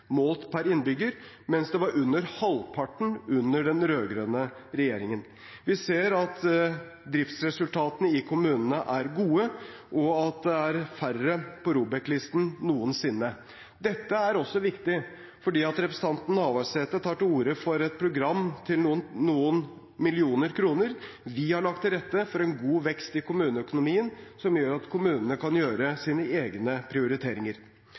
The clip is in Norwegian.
målt per innbygger, mens det var under halvparten under den rød-grønne regjeringen. Vi ser at driftsresultatene i kommunene er gode, og at det er færre på ROBEK-listen enn noensinne. Dette er også viktig, fordi representanten Navarsete tar til orde for et program til noen millioner kroner. Vi har lagt til rette for god vekst i kommuneøkonomien, som gjør at kommunene kan gjøre sine egne prioriteringer.